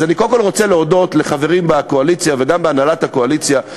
אני קודם כול רוצה להודות לחברים בקואליציה וגם בהנהלת הקואליציה,